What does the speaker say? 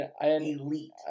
Elite